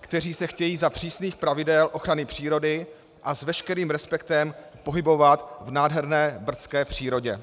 kteří se chtějí za přísných pravidel ochrany přírody a s veškerým respektem pohybovat v nádherné brdské přírodě.